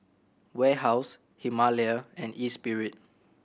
Warehouse Himalaya and Espirit